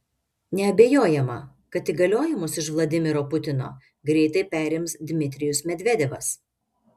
neabejojama kad įgaliojimus iš vladimiro putino greitai perims dmitrijus medvedevas